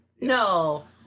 no